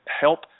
help